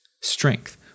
Strength